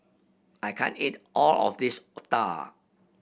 I can't eat all of this otah